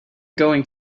going